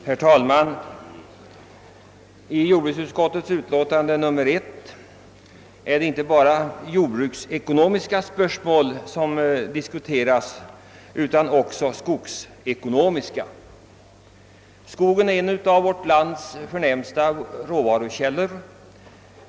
Herr talman! Jordbruksutskottets utlåtande nr 1 behandlar inte bara jordbruksekonomiska utan även skogsekonomiska spörsmål. Skogen är en av vårt lands förnämsta råvarukällor.